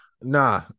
Nah